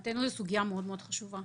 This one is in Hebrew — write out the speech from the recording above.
מבחינתנו זו סוגיה חשובה מאוד.